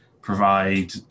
provide